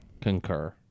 Concur